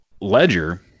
Ledger